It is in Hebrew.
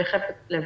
בחפץ לב.